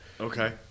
Okay